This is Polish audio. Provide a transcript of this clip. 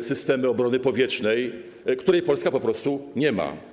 systemy obrony powietrznej, której Polska po prostu nie ma.